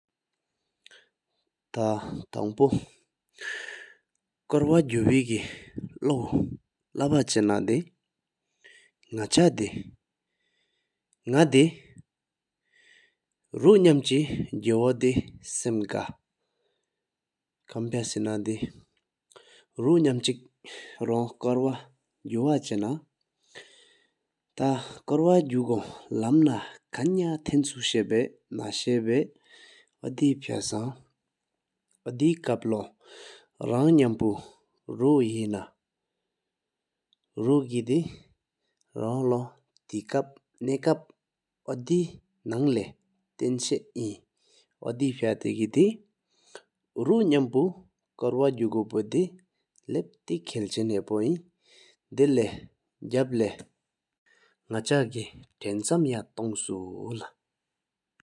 ཐ ཐང པོ གུ བེ ཀེ ལོ ལ བ ཆ ན དེ ན ཆ དེ ནག དེ རོ ནམ གཅིག གུ བོ དེ སམ གྷ། ཁམ ཕ སེ ནདེ རོ ནམ གཅིག རོང ཀོར དེ དགུ ཝ ཆ ན ཐ ཀོར དེ དགུ གོང ལམ ནག ཁར ཡང ཐན སུ ཤེ བ ནག ཤར བ ཨ་ འདེ ཕ སང འོད ཀཔ ཁ ལོ རང ནམ ཕུ རོ ཧན རོ ཀེ དེ རོང ལོ ནག ཀཔ ཨ་འདེ ནང ལེ ཐམ ཤའི། ཨ་འདེ ཕ ཐེ ཀེ དེ རོ ནམ ཕུ ཀོར དེ དགུ གོཔ དེ ལབ དྲེ ཁལ་ ཅན ཧ ཕ ཡིན་། དེ ལེ རྐྱ བལ དེ ནག ཆ གེ གནས མར ཡང རྟོངས གསུ ལུ།